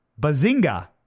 Bazinga